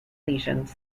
lesions